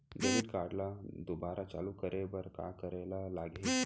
Debit card ला दोबारा चालू करे बर का करे बर लागही?